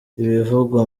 ibivugwa